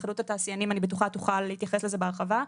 שהתאחדות התעשיינים תוכל להתייחס לזה בהרחבה.